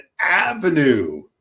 avenue